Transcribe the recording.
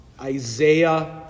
Isaiah